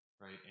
right